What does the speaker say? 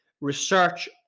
research